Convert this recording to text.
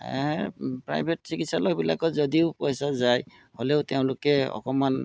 private চিকিৎসালয়বিলাকত যদিও পইচা যায় হ'লেও তেওঁলোকে অকণমান